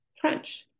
French